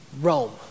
Rome